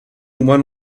one